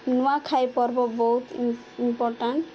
ନୂଆଖାଇ ପର୍ବ ବହୁତ ଇମ୍ପୋର୍ଟାଣ୍ଟ